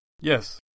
Yes